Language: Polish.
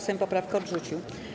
Sejm poprawkę odrzucił.